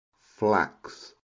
flax